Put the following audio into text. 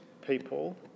people